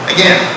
Again